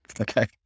okay